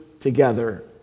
together